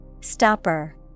Stopper